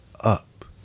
up